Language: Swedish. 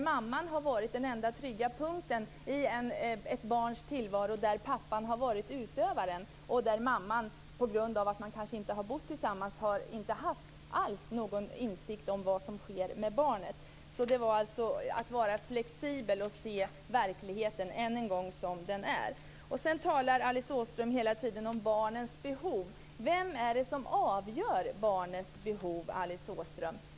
Mamman kan ha varit den enda trygga punkten i ett barns tillvaro, där pappan har varit utövaren och mamman inte alls haft någon insikt om vad som skett med barnet på grund av att man kanske inte har bott tillsammans. Det handlar alltså om att vara flexibel och att se verkligheten, än en gång, som den är. Alice Åström talar hela tiden om barnens behov. Vem är det som avgör barnens behov, Alice Åström?